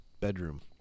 bedroom